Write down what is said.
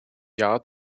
jahr